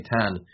Ten